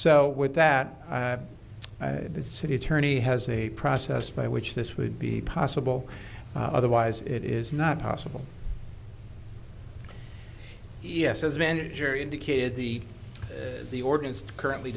so with that the city attorney has a process by which this would be possible otherwise it is not possible yes as manager indicated the the ordinance currently